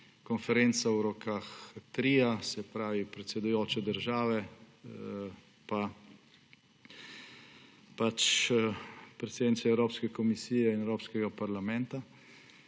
konferenca v rokah tria, se pravi predsedujoče države pa predsednice Evropske komisije in Evropskega parlamenta,